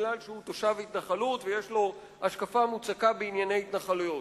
כי הוא תושב התנחלות ויש לו השקפה מוצקה בענייני התנחלויות.